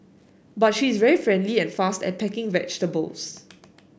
but she is very friendly and fast at packing vegetables